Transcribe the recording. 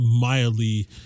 mildly